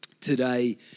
today